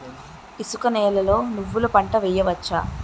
ఇసుక నేలలో నువ్వుల పంట వేయవచ్చా?